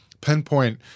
pinpoint